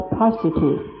positive